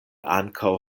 ankaŭ